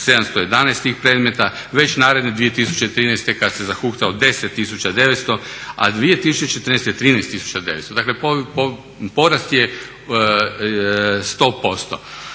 6711 tih predmeta, već naredne 2013. kad se zahuktalo 10900, a 2014. 13900. Dakle, porast je 100%.